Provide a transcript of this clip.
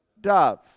dove